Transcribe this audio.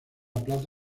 plaza